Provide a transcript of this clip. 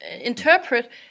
interpret